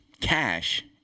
cash